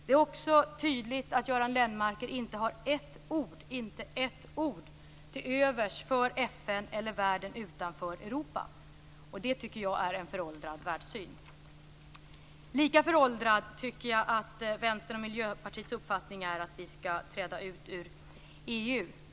Det är också tydligt att Göran Lennmarker inte har ett ord - inte ett ord - till övers för FN eller för världen utanför Europa, och det tycker jag är en föråldrad världssyn. Lika föråldrad tycker jag att Vänsterns och Miljöpartiets uppfattning att vi skall träda ut ur EU är.